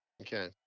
Okay